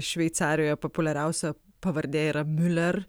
šveicarijoje populiariausia pavardė yra miuler